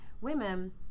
women